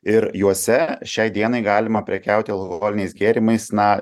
ir juose šiai dienai galima prekiauti alkoholiniais gėrimais na